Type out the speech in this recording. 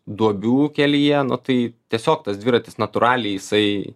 duobių kelyje tai tiesiog tas dviratis natūraliai jisai